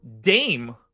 Dame